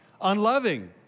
unloving